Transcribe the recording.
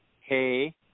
Hey